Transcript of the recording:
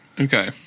Okay